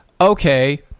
Okay